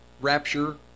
rapture